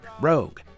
Rogue